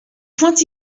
point